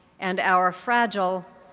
and our fragile,